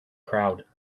crowd